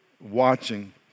watching